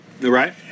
Right